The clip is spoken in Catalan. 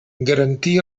garantir